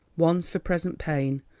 once for present pain,